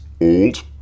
old